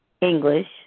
English